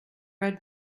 read